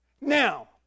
Now